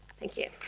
thank you.